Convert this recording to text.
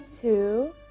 two